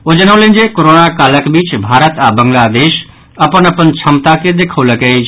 ओ जनौलनि जे कोरोना कालक बीच भारत आओर बांग्लादेश अपन अपन क्षमता के देखौलक अछि